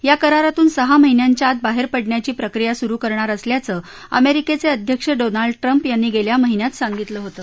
या करारातून सहा महिन्यांच्या आत बाहेर पडण्याची प्रक्रिया सुरू करणार असल्याचं अमेरिकेचे अध्यक्ष डोनाल्ड ट्रम्प यांनी गेल्या महिन्यात सांगितलं होतं